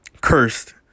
cursed